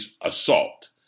assault